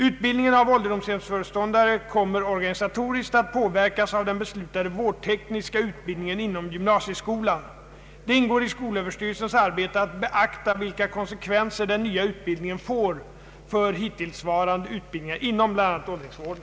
Utbildningen av ålderdomshemsföreståndare kommer organisatoriskt att påverkas av den beslutade vårdtekniska utbildningen inom gymnasieskolan. Det ingår i skolöverstyrelsens arbete att beakta vilka konsekvenser den nya utbildningen får för hittillsvarande utbildningar inom bl.a. åldringsvården.